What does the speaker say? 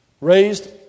raised